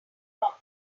problem